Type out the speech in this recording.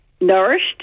nourished